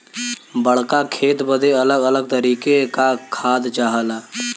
बड़्का खेत बदे अलग अलग तरीके का खाद चाहला